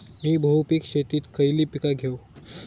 मी बहुपिक शेतीत खयली पीका घेव?